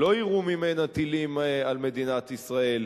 לא יירו ממנה טילים על מדינת ישראל.